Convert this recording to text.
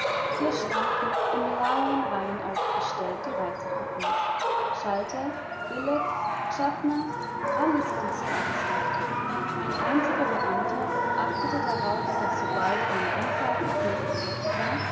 hier standen in langen reihen aufgestellt die reisecoups schalter billets schaffner alles dies gab es nicht ein einziger beamter achtete darauf daß sobald eine anzahl coups besetzt war